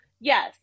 Yes